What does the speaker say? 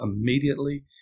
immediately